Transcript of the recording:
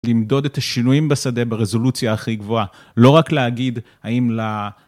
למדוד את השינויים בשדה ברזולוציה הכי גבוהה, לא רק להגיד האם ל...